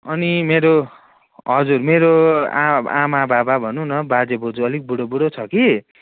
अनि मेरो हजुर मेरो आ आमाबाबा भनौँ न बाजेबोजु अलिक बुढोबुढो छ कि